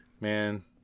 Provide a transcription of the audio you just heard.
Man